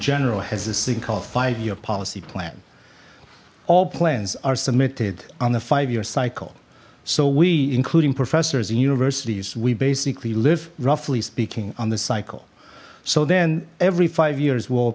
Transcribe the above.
general has a single five year policy plan all plans are submitted on the five year cycle so we including professors in universities we basically live roughly speaking on the cycle so then every five years well